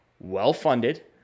well-funded